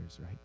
right